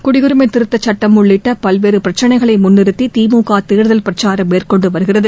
குடியுரிமை திருத்தச் சுட்டம் உள்ளிட்ட பல்வேறு பிரச்சினைகளை முன்னிறுத்தி திமுக தேர்தல் பிரச்சாரம் மேற்கொண்டு வருகிறது